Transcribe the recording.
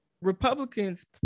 Republicans